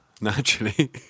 naturally